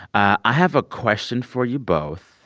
i have a question for you both.